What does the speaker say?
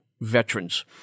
veterans